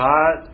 God